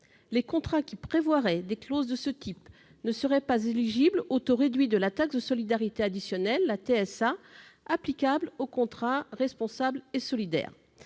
Les contrats qui prévoiraient des clauses de ce type ne seraient pas éligibles au taux réduit de taxe de solidarité additionnelle, ou TSA, applicable aux contrats responsables et solidaires.